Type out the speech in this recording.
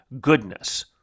goodness